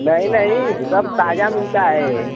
नहीं नहीं सब ताज़ा मिलता है